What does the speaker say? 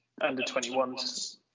under-21s